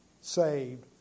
Saved